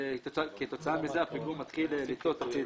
וכתוצאה מכך הפיגום מתחיל לנטות הצידה.